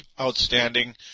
outstanding